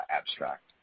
abstract